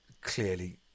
clearly